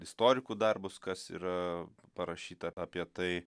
istorikų darbus kas yra parašyta apie tai